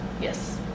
Yes